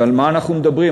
ועל מה אנחנו מדברים?